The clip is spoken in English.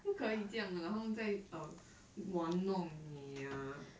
不可以这样啦他们在 um 玩弄你啊